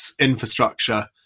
infrastructure